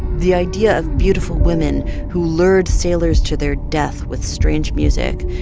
the idea of beautiful women who learned sailors to their death with strange music,